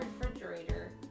refrigerator